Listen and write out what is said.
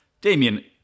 Damien